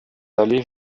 aller